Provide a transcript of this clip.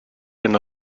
hyn